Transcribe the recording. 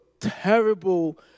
terrible